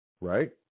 Right